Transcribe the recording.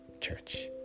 church